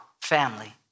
family